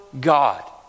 God